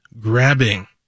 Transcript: grabbing